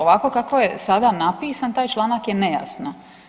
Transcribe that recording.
Ovako kako je sada napisan, taj članak je nejasno.